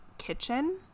kitchen